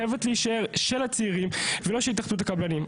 חייבת להישאר של הצעירים ולא של התאחדות הקבלנים.